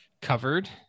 covered